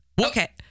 Okay